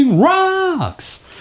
rocks